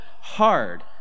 hard